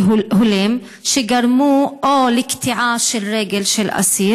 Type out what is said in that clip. הולם שגרמו או לקטיעה של רגל של אסיר,